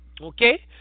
Okay